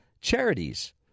Charities